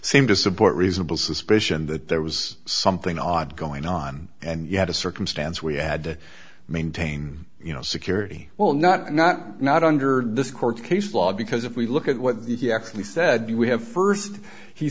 seem to support reasonable suspicion that there was something odd going on and you had a circumstance we had to maintain you know security well not not not under this court case law because if we look at what he actually said we have st he